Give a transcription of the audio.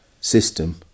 system